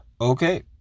Okay